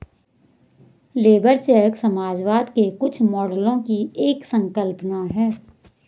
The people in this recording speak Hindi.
लेबर चेक समाजवाद के कुछ मॉडलों की एक संकल्पना है